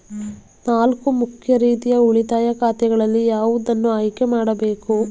ನಾಲ್ಕು ಮುಖ್ಯ ರೀತಿಯ ಉಳಿತಾಯ ಖಾತೆಗಳಲ್ಲಿ ಯಾವುದನ್ನು ಆಯ್ಕೆ ಮಾಡಬೇಕು?